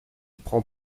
prend